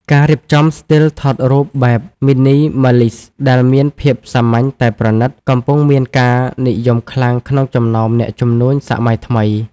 ការរៀបចំស្ទីលថតរូបបែប Minimalist ដែលមានភាពសាមញ្ញតែប្រណីត កំពុងមានការនិយមខ្លាំងក្នុងចំណោមអ្នកជំនួញសម័យថ្មី។